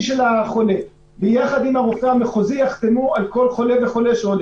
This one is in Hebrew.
של החולה יחתום ביחד עם הרופא המחוזי על כל חולה וחולה.